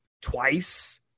twice